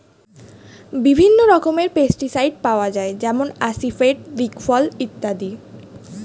বিভিন্ন রকমের পেস্টিসাইড পাওয়া যায় যেমন আসিফেট, দিকফল ইত্যাদি